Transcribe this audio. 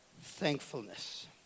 thankfulness